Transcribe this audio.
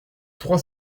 trois